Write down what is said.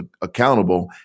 accountable